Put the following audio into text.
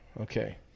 Okay